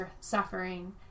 suffering